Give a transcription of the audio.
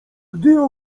gdy